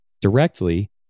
directly